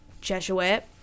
Jesuit